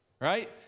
Right